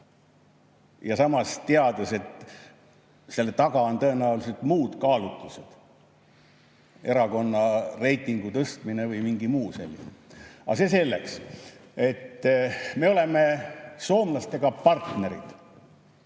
Samas [me teame], et selle taga on tõenäoliselt muud kaalutlused, erakonna reitingu tõstmine või mingi muu selline. Aga see selleks.Me oleme soomlastega partnerid